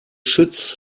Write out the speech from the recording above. schütz